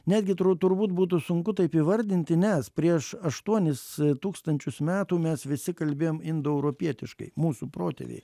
netgi tru turbūt būtų sunku taip įvardinti nes prieš aštuonis tūkstančius metų mes visi kalbėjom indoeuropietiškai mūsų protėviai